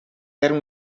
eram